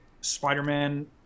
Spider-Man